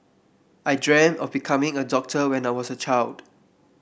I dream of becoming a doctor when I was a child